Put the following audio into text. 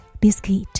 Biscuit